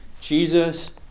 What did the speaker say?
jesus